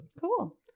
Cool